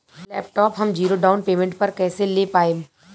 Laptop हम zero down payment पर कैसे ले पाएम?